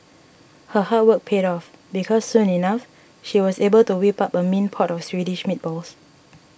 her hard work paid off because soon enough she was able to whip up a mean pot of Swedish meatballs